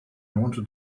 wanted